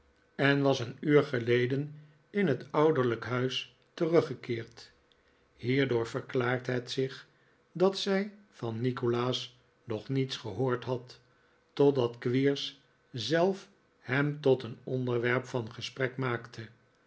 en was een uur geleden in het ouderlijk huis teruggekeerd hierdoor verklaart het zich dat zij van nikolaas nog niets gehoord had totdat squeers zelf hem tot een onderwerp van gesprek maakte